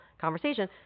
conversation